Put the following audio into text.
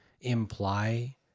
imply